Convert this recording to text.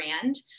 brand